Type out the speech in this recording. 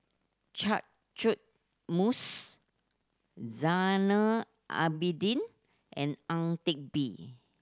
Catchick Moses Zainal Abidin and Ang Teck Bee